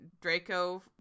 Draco